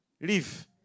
leave